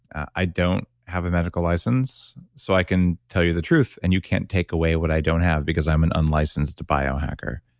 i don't have a medical license, so i can tell you the truth and you can't take away what i don't have because i'm an unlicensed biohacker.